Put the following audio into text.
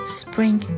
spring